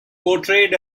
portrayed